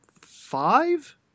five